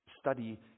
study